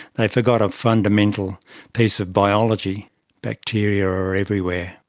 they forgot a fundamental piece of biology bacteria are everywhere,